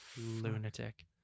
lunatic